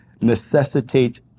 necessitate